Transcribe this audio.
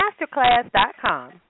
Masterclass.com